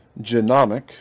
genomic